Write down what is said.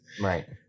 Right